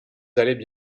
allaient